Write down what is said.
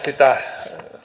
sitä